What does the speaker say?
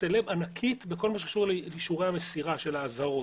סלב ענקית בכל הקשור לאישורי המסירה של האזהרות.